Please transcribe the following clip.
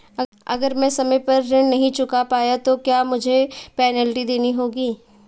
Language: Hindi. अगर मैं समय पर ऋण नहीं चुका पाया तो क्या मुझे पेनल्टी देनी होगी?